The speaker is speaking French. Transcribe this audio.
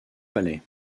palais